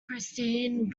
christine